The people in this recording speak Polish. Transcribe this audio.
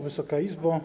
Wysoka Izbo!